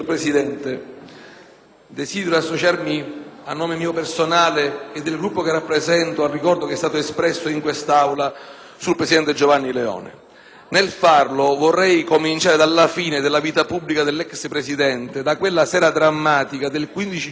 desidero associarmi, a nome mio personale e del Gruppo che rappresento, al ricordo espresso in quest'Aula del presidente Giovanni Leone. Nel farlo, vorrei cominciare dalla fine della vita pubblica dell'ex Presidente, da quella sera drammatica del 15 giugno 1978